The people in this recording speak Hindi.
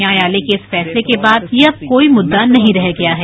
न्यायालय के इस फैसले के बाद यह अब कोई मुद्दा नहीं रह गया है